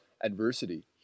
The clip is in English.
adversity